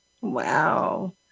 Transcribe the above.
Wow